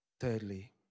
Thirdly